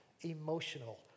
emotional